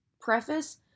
preface